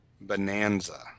bonanza